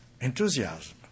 Enthusiasm